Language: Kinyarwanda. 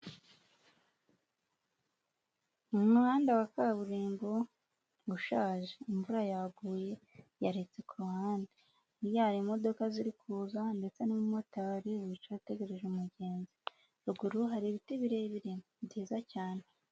Mu muhanda wa kaburimbo ushaje, imvura yaguye yaretse ku ruhande, hirya hari imodoka ziri kuza ndetse n'umumotari wicaye ategereje umugenzi, ruguru hari ibiti birebire byiza cyane.